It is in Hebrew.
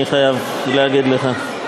אני חייב להגיד לך.